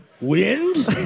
Wind